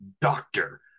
doctor